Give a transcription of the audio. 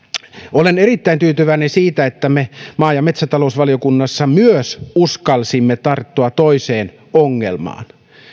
olen erittäin tyytyväinen siitä että me maa ja metsätalousvaliokunnassa uskalsimme tarttua myös toiseen ongelmaan